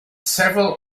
several